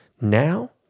Now